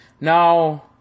Now